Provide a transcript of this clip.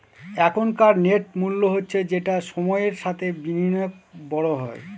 এখনকার নেট মূল্য হচ্ছে যেটা সময়ের সাথে বিনিয়োগে বড় হয়